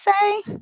say